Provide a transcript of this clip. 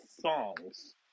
songs